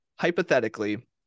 hypothetically